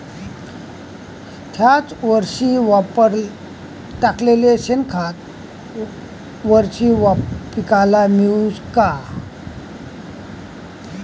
थ्याच वरसाले टाकलेलं शेनखत थ्याच वरशी पिकाले मिळन का?